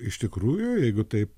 iš tikrųjų jeigu taip